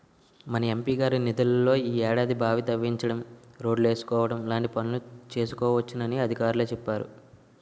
మన ఎం.పి గారి నిధుల్లో ఈ ఏడాది బావి తవ్వించడం, రోడ్లేసుకోవడం లాంటి పనులు చేసుకోవచ్చునని అధికారులే చెప్పేరు